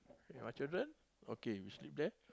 with my children okay we sleep there